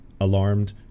alarmed